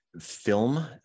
film